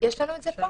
יש לנו את זה פה?